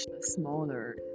smaller